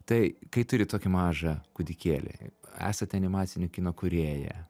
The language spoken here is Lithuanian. tai kai turi tokį mažą kūdikėlį esat animacinio kino kūrėja